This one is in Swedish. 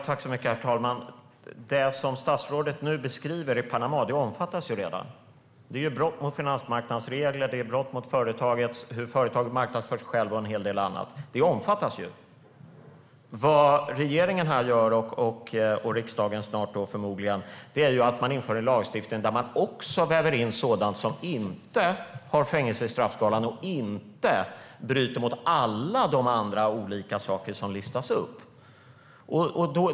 Herr talman! Det som statsrådet nu beskriver i Panama omfattas redan. Brott mot finansmarknadsregler, brott mot hur företag marknadsför sig själva och en hel del annat omfattas ju. Vad regeringen gör, och snart riksdagen förmodligen, är att man inför en lagstiftning där man också väver in sådant som inte har fängelse i straffskalan och inte bryter mot allt det andra som listas upp.